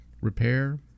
repair